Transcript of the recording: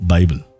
Bible